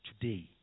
today